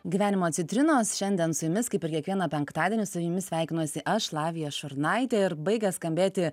gyvenimo citrinos šiandien su jumis kaip ir kiekvieną penktadienį su jumis sveikinuosi aš lavija šurnaitė ir baigia skambėti